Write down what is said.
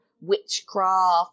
witchcraft